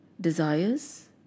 desires